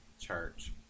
church